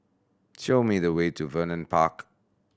show me the way to Vernon Park